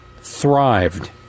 thrived